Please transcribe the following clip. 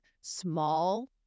small